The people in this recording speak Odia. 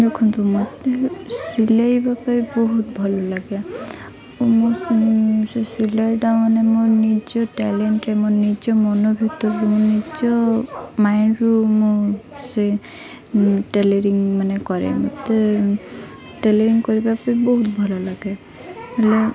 ଦେଖନ୍ତୁ ମୋତେ ସିଲେଇବା ପାଇଁ ବହୁତ ଭଲଲାଗେ ମୁଁ ସେ ସିଲାଟା ମାନେ ମୋ ନିଜ ଟ୍ୟାଲେଣ୍ଟରେ ମୋ ନିଜ ମନ ଭିତରୁ ମୋ ନିଜ ମାଇଣ୍ଡରୁ ମୁଁ ସେ ଟେଲେରିଙ୍ଗ ମାନେ କରେ ମୋତେ ଟେଲେରିଂ କରିବା ପାଇଁ ବହୁତ ଭଲଲାଗେ ହେଲେ